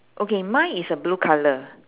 okay mine is a blue colour